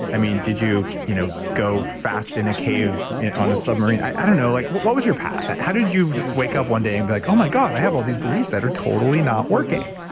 mean, did you you know go fast in a cave on a submarine? i don't know, like what what was your path? how did you just wake up one day and be like, oh my god, i have all these beliefs that are totally not working.